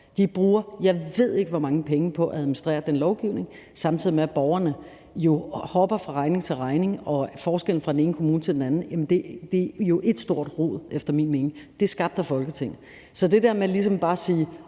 De bruger, jeg ved ikke hvor mange penge på at administrere den lovgivning, samtidig med at borgerne jo hopper fra regning til regning, og med forskellen fra den ene kommune til den anden er det hele et stort rod efter min mening. Det er skabt af Folketinget. Så til det der med bare at sige,